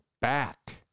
back